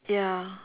ya